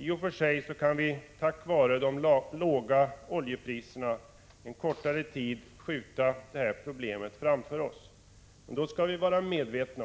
I och för sig kan vi tack vare de låga oljepriserna en kortare tid skjuta det här problemet framför oss, men då skall vi vara medvetna